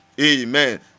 Amen